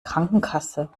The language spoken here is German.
krankenkasse